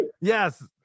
Yes